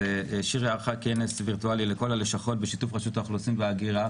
שירי ערכה כנס וירטואלי לכל הלשכות בשיתוף רשות האוכלוסין וההגירה,